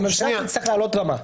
אז הממשלה תצטרך לעלות רמה.